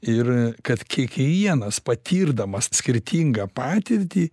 ir kad kiekvienas patirdamas skirtingą patirtį